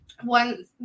one